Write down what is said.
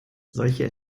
solche